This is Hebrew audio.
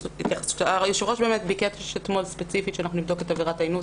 היושב-ראש ביקש אתמול ספציפית שנבדוק את עבירת האינוס